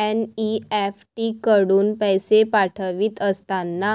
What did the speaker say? NEFT कडून पैसे पाठवित असताना,